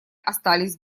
остались